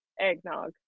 eggnog